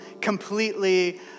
completely